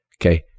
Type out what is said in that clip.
Okay